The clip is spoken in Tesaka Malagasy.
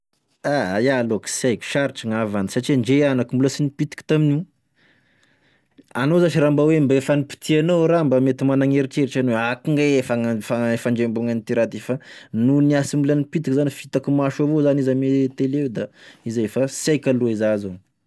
Ah ah ah, iao loa ka sy haiko satria sarotra gn'avandy satria ah na koa mbola sy nipitiky tamin'io, anao zasy raha mba oe mba efa nipitihanao e raha mba mety managny eritreritry anao oe akogn'aia gne fagna- faha- fandrembognan'ity fa noho ny ah sy mbola nipitiky zany fa hitako maso avao zany izy ame tele io da izay fa sy haiko aloha izà zao.